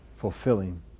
fulfilling